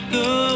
go